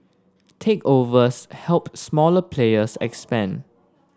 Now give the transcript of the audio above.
takeovers helped smaller players expand